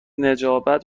نجابت